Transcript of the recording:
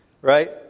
Right